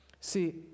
See